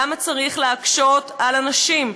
למה צריך להקשות על אנשים?